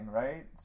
right